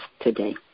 today